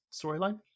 storyline